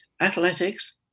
Athletics